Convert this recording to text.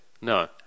No